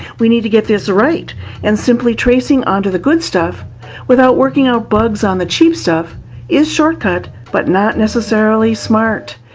we need to get this right and simply tracing onto the good stuff without working working out bugs on the cheap stuff is shortcut but not necessarily smart.